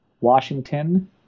Washington